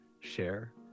share